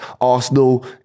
Arsenal